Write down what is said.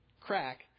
crack